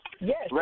Yes